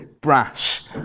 brash